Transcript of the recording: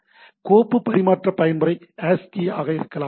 எனவே கோப்பு பரிமாற்ற பயன்முறை ASCII ஆக இருக்கலாம்